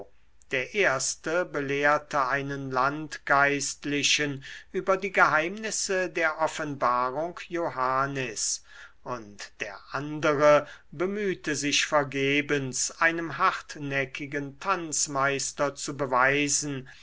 der erste belehrte einen landgeistlichen über die geheimnisse der offenbarung johannis und der andere bemühte sich vergebens einem hartnäckigen tanzmeister zu beweisen